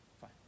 Fine